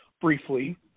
briefly